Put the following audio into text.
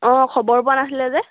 অঁ খবৰ পোৱা নাছিলে যে